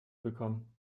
bekommen